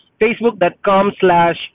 facebook.com/slash